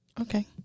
Okay